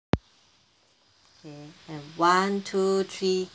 and one two three